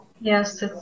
Yes